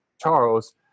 Charles